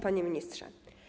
Panie Ministrze!